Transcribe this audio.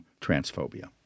transphobia